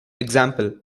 example